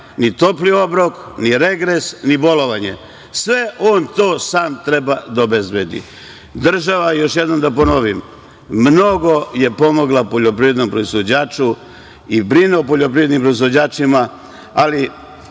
ni topli obrok, ni regres, ni bolovanje. Sve on to sam treba da obezbedi. Država mnogo je pomogla poljoprivrednom proizvođaču i brine o poljoprivrednim proizvođačima, ali